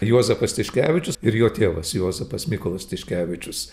juozapas tiškevičius ir jo tėvas juozapas mykolas tiškevičius